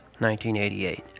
1988